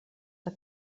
del